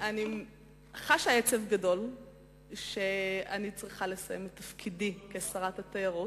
אני חשה עצב גדול על כך שאני צריכה לסיים את תפקידי כשרת התיירות,